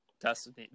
destiny